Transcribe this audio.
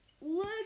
Look